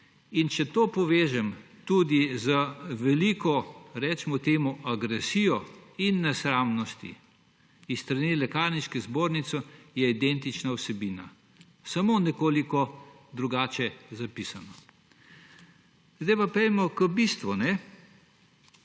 Če to povežem tudi z veliko, recimo temu, agresije in nesramnosti s strani Lekarniške zbornice, je identična vsebina, samo nekoliko drugače zapisana. Zdaj pa pojdimo k bistvu.